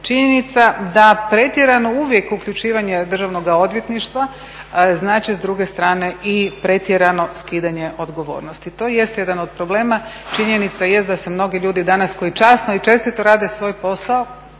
činjenica da pretjerano uvijek uključivanje DORH-a znači s druge strane i pretjerano skidanje odgovornosti. To jest jedan od problema. Činjenica jest da se mnogi ljudi danas koji časno i čestito rade svoj posao